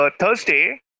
Thursday